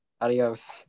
Adios